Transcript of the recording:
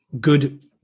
good